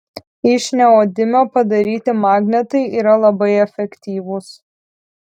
iš neodimio padaryti magnetai yra labai efektyvūs